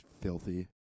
filthy